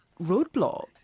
roadblock